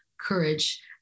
courage